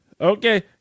Okay